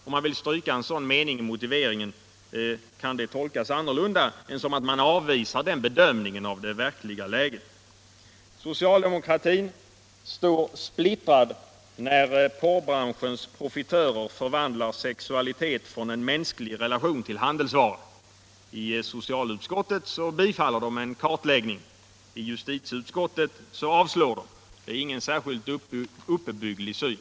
Att man vill stryka en sådan mening i motiveringen, kan det tolkas annorlunda än så att man avvisar den bedömningen av det verkliga läget? Socialdemokratin står splittrad när porrbranschens profitörer förvandlar sexualitet från en mänsklig relation till handelsvara. I socialutskottet biträder socialdemokraterna en kartläggning, i justiticutskottet avstyrker de. Det är ingen särskilt uppbygglig syn.